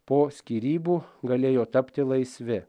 po skyrybų galėjo tapti laisvi